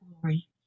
glory